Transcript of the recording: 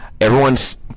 everyone's